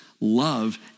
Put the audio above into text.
love